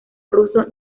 ruso